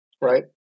right